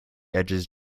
edges